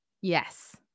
Yes